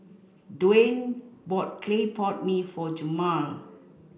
Dwayne bought Clay Pot Mee for Jemal